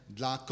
dla